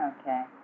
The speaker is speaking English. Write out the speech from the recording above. Okay